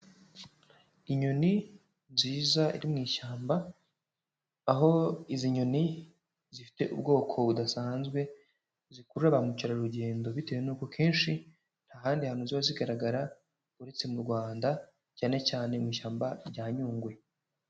Inyoni nziza iri mu ishyamba, aho izi nyoni zifite ubwoko budasanzwe zikurura ba mukerarugendo bitewe nuko kenshi nta handi hantu ziba zigaragara uretse mu Rwanda, cyane cyane mu ishyamba rya Nyungwe.